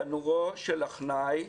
תנורו של עכנאי,